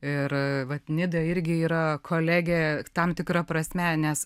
ir vat nida irgi yra kolegė tam tikra prasme nes